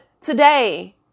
today